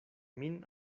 min